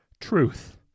Truth